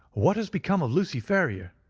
what has become of lucy ferrier?